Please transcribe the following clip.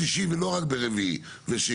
שלישי ולא רק ברביעי ושני?